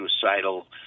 suicidal